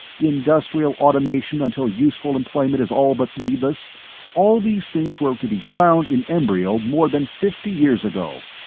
industrial automation until useful employment is all but needless all these things were to be found in embryo more than fifty years ago.